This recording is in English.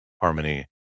harmony